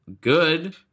good